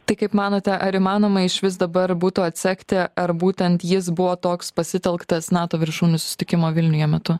tai kaip manote ar įmanoma išvis dabar būtų atsekti ar būtent jis buvo toks pasitelktas nato viršūnių susitikimo vilniuje metu